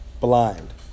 blind